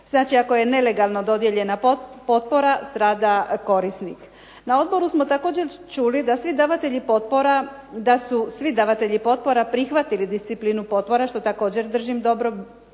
Znači ako je nelegalno dodijeljena potpora strada korisnik. Na odboru smo također čuli da su svi davatelji potpora prihvatili disciplinu potpora što također držim dobro,